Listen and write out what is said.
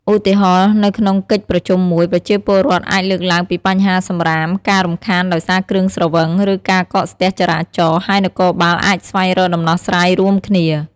ឧទាហរណ៍: នៅក្នុងកិច្ចប្រជុំមួយ ប្រជាពលរដ្ឋអាចលើកឡើងពីបញ្ហាសំរាម ការរំខានដោយសារគ្រឿងស្រវឹង ឬការកកស្ទះចរាចរណ៍ ហើយនគរបាលអាចស្វែងរកដំណោះស្រាយរួមគ្នា។